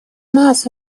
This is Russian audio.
нас